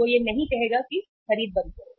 वह यह नहीं कहेगा कि खरीद बंद करो